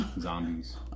zombies